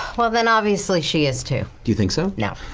well then obviously, she is too. do you think so? no.